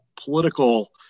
political